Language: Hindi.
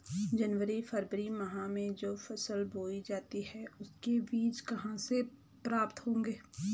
जनवरी फरवरी माह में जो फसल बोई जाती है उसके बीज कहाँ से प्राप्त होंगे?